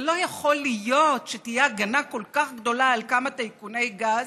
זה לא יכול להיות שתהיה הגנה כל כך גדולה על כמה טייקוני גז,